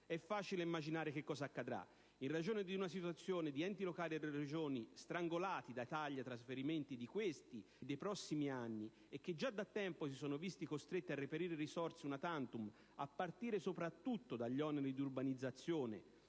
È facile immaginare che cosa accadrà in ragione di una situazione di enti locali e Regioni strangolati dai tagli ai trasferimenti di questi e dei prossimi anni e che già da tempo si sono visti costretti a reperire risorse *una tantum*, a partire soprattutto dagli oneri di urbanizzazione